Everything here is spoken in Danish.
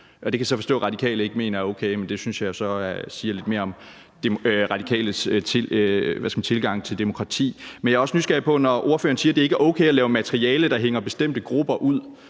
Det kan jeg så forstå at Radikale ikke mener er okay, men det synes jeg så siger lidt mere om Radikales tilgang til demokrati. Men når ordføreren siger, at det ikke er okay at lave materiale, der hænger bestemte grupper ud